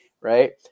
right